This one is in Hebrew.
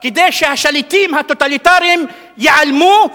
כדי שהשליטים הטוטליטריים ייעלמו,